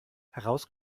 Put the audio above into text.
heraus